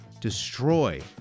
destroy